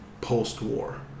post-war